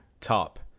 top